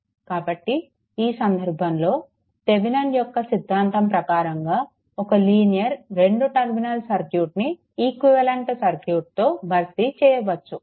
కాబట్టి ఈ సందర్భంలో థెవెనిన్ యొక్క సిద్ధాంతం ప్రకారంగా ఒక లీనియర్ 2 టర్మినల్ సర్క్యూట్ని ఈక్వివలెంట్ సర్క్యూట్తో భర్తీ చేయవచ్చు